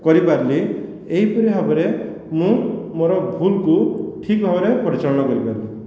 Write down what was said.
କରିପାରିଲି ଏହିପରି ଭାବରେ ମୁଁ ମୋର ଭୁଲକୁ ଠିକ ଭାବରେ ପରିଚାଳନା କରିପାରିଲି